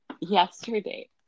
yesterday